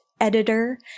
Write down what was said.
editor